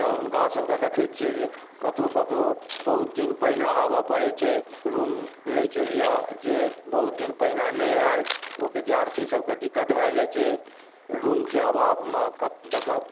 तऽ हुनकासभक देखे छियै जे कतहुँ कतहुँ बहुत दिन पहिने आबय पड़ैत छै रूम लैके लिए जे बहुत दिन पहिने नहि आइलि ओ विद्यार्थीसभकें दिक्कत भए जाइत छै रूमके अभावमे देखब